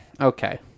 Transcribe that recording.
okay